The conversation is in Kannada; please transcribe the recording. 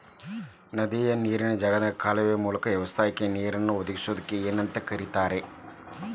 ನದಿಯ ನೇರಿನ ಜಾಗದಿಂದ ಕಾಲುವೆಯ ಮೂಲಕ ವ್ಯವಸಾಯಕ್ಕ ನೇರನ್ನು ಒದಗಿಸುವುದಕ್ಕ ಏನಂತ ಕರಿತಾರೇ?